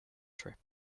trip